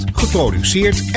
geproduceerd